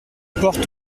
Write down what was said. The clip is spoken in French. port